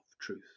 truth